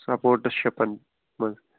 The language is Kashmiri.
سَپوٹٕس شِپن منٛز